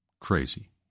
crazy